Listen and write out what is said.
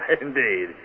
Indeed